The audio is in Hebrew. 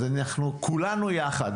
אז אנחנו כולנו יחד,